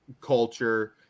culture